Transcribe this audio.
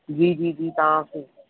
जी जी जी तव्हांखे